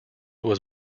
was